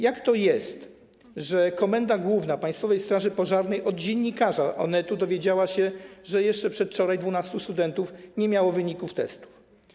Jak to jest, że Komenda Główna Państwowej Straży Pożarnej od dziennikarza Onetu dowiedziała się, że jeszcze przedwczoraj 12 studentów nie miało wyników testów?